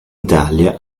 italia